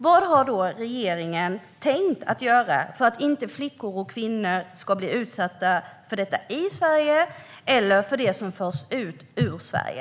Vad har regeringen tänkt göra för att inte flickor och kvinnor ska utsättas för detta i Sverige eller genom att föras ut från Sverige?